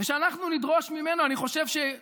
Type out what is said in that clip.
ושאנחנו נדרוש ממנו, אני חושב, כן,